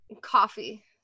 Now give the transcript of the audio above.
coffee